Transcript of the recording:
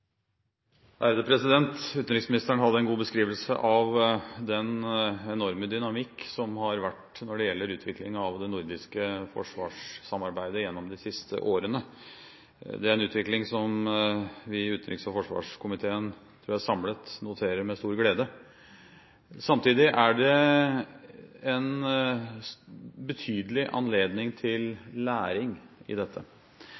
Utenriksministeren hadde en god beskrivelse av den enorme dynamikk som har vært når det gjelder utviklingen av det nordiske forsvarssamarbeidet gjennom de siste årene. Det er en utvikling som vi i utenriks- og forsvarskomiteen samlet noterer med stor glede. Samtidig er det en betydelig anledning